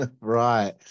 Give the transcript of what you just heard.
Right